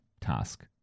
task